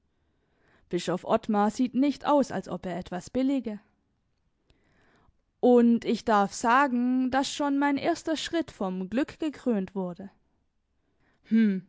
bischof ottmar sieht nicht aus als ob er etwas billige und ich darf sagen daß schon mein erster schritt vom glück gekrönt wurde hm